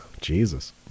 jesus